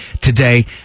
today